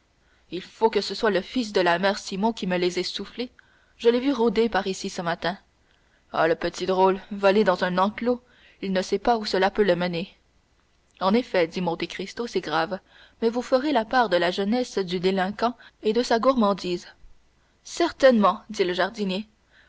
il faut que ce soit le fils de la mère simon qui me les ait soufflées je l'ai vu rôder par ici ce matin ah le petit drôle voler dans un enclos il ne sait pas où cela peut le mener en effet dit monte cristo c'est grave mais vous ferez la part de la jeunesse du délinquant et de sa gourmandise certainement dit le jardinier